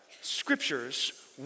Scriptures